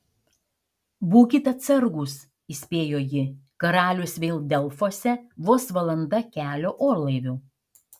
būkit atsargūs įspėjo ji karalius vėl delfuose vos valanda kelio orlaiviu